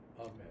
Amen